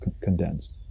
condensed